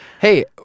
hey